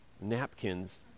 napkins